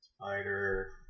Spider